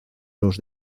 los